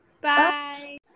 Bye